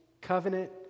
covenant